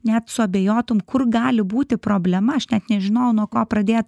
net suabejotum kur gali būti problema aš net nežinojau nuo ko pradėt